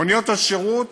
מוניות השירות